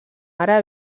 ara